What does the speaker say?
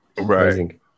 Right